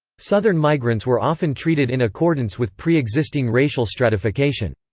southern migrants were often treated in accordance with pre-existing racial stratification.